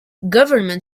government